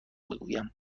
بگویم